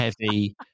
heavy